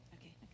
Okay